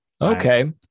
okay